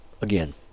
again